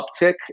uptick